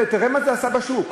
הידיים לכיס.